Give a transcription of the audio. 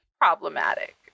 problematic